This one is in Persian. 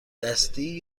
دستی